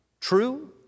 true